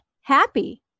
happy